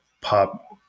pop